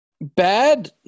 Bad